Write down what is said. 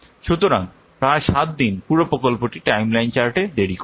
সুতরাং প্রায় 7 দিন পুরো প্রকল্পটি টাইমলাইন চার্টে দেরি করে